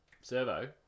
Servo